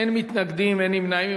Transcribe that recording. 33, אין מתנגדים ואין נמנעים.